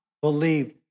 believed